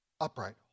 upright